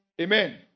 Amen